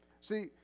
See